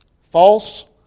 false